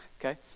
okay